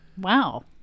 Wow